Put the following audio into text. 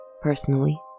personally